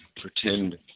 pretend